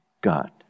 God